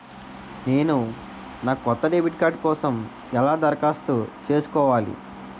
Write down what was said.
నేను నా కొత్త డెబిట్ కార్డ్ కోసం ఎలా దరఖాస్తు చేసుకోవాలి?